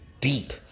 deep